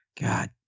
God